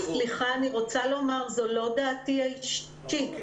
סליחה, זאת לא דעתי האישית.